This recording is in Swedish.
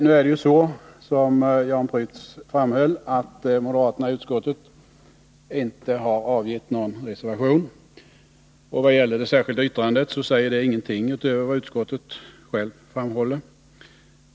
Nu är det ju så, som Jan Prytz framhöll, att moderaterna i utskottet inte har avgivit någon reservation, och det särskilda yttrandet säger ingenting utöver vad utskottet självt framhåller.